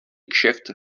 kšeft